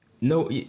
no